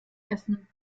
essen